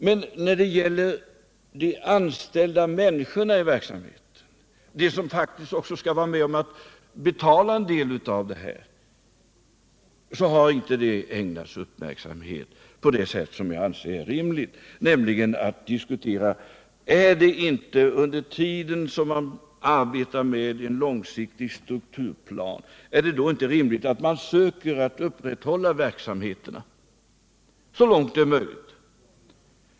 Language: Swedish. Men när det gäller de anställda människorna i verksamheten, de som faktiskt också skall vara med och betala en del av detta, så har de inte ägnats uppmärksamhet på det sätt som jag anser riktigt, nämligen att man Nr 107 diskuterar om det inte är rimligt att, under tiden som man arbetar med en Måndagen den långsiktig strukturplan, söka upprätthålla verksamheten så långt det är 3 april 1978 möjligt.